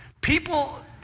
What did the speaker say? People